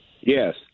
Yes